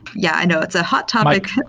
yeah, i know. it's a hot topic.